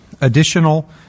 additional